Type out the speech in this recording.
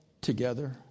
together